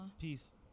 Peace